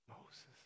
Moses